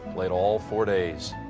played all four days